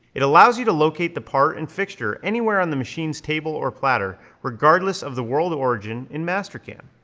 it allows you to locate the part and fixture anywhere on the machine's table or platter, regardless of the world origin in mastercam.